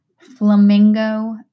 Flamingo